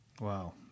Wow